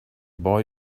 boy